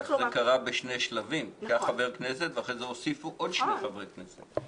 זה קרה בשני שלבים היה חבר כנסת ואחרי זה הוסיפו עוד שני חברי כנסת.